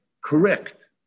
correct